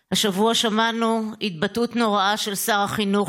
השבוע שמענו התבטאות נוראה של שר החינוך,